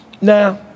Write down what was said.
Now